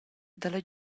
dalla